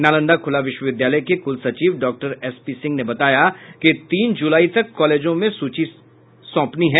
नालंदा खुला विश्वविद्यालय के कुलसचिव डॉक्टर एस पी सिंह ने बताया कि तीन जुलाई तक कॉलेजों में सूची सौंपनी है